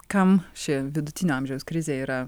kam ši vidutinio amžiaus krizė yra